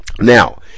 Now